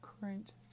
current